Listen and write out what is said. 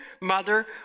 mother